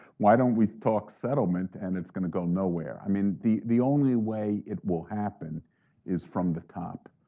why don't we talk settlement, and it's going to go nowhere. i mean the the only way it will happen is from the top.